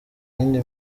yindi